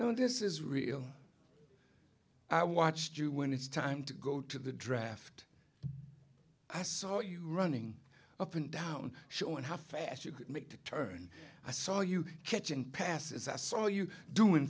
oh this is real i watched you when it's time to go to the draft i saw you running up and down showing how fast you could make the turn i saw you catching passes i saw you doing